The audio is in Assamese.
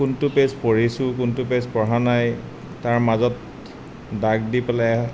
কোনটো পেজ পঢ়িছো কোনটো পেজ পঢ়া নাই তাৰ মাজত দাগ দি পেলাই